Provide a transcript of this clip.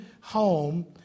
home